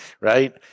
Right